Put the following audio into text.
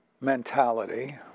mentality